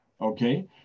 okay